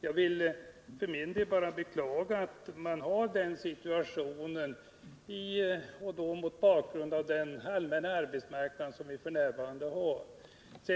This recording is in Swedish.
Jag vill för min del beklaga att man har den situationen, särskilt mot bakgrund av den allmänna arbetsmarknad som vi f. n. har.